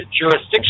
jurisdiction